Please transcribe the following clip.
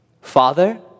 Father